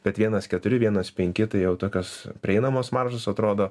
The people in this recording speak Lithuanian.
kad vienas keturi vienas penki tai jau tokios prieinamos maržos atrodo